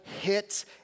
hit